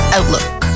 Outlook